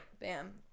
Bam